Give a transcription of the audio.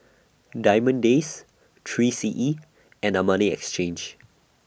Diamond Days three C E and Armani Exchange